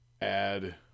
add